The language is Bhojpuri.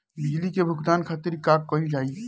बिजली के भुगतान खातिर का कइल जाइ?